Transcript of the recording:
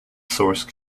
source